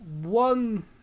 one